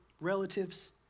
relatives